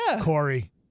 Corey